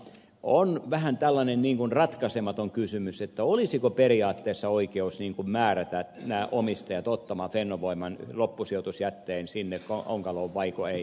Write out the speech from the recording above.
on vähän tällainen ratkaisematon kysymys olisiko periaatteessa oikeus määrätä omistajat ottamaan fennovoiman loppusijoitusjätteen sinne onkaloon vaiko ei